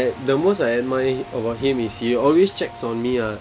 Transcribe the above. the most I admire about him is he always checks on me ah